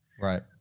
Right